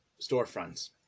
storefronts